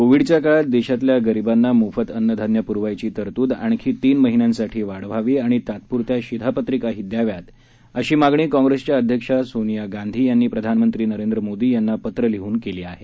कोव्हीडच्या काळात देशातल्या गरिबांना मोफत अन्नधान्य पुरवायची तरतूद आणखी तीन महिन्यांसाठी वाढवावी आणि तात्पुरत्या शिधापत्रिकाही द्याव्यात अशी मागणी काँप्रेसच्या अध्यक्ष सोनिया गांधी यांनी प्रधानमंत्री नरेंद्र मोदी यांना पत्र लिहून केली आहे